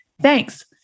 thanks